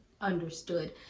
understood